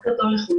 בוקר טוב לכולם.